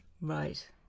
Right